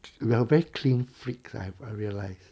we are very clean freak I have I realise